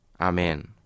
Amen